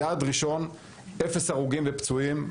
היעד הראשון, אפס הרוגים ופצועים.